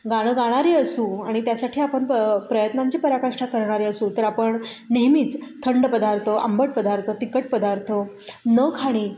गाणं गाणारे असू आणि त्यासाठी आपण प प्रयत्नांची पराकाष्ठा करणारे असू तर आपण नेहमीच थंड पदार्थ आंबट पदार्थ तिखट पदार्थ न खाणे